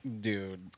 dude